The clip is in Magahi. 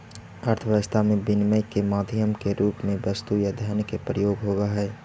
अर्थव्यवस्था में विनिमय के माध्यम के रूप में वस्तु या धन के प्रयोग होवऽ हई